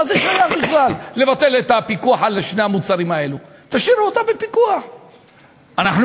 ושל הגבינה הלבנה 4.10 שקלים,